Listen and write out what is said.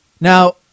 Now